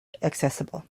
accessible